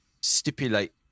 stipulate